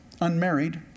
unmarried